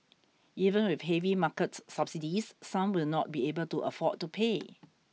even with heavy market subsidies some will not be able to afford to pay